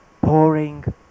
pouring